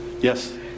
Yes